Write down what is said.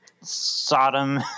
Sodom